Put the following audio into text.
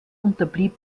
unterblieb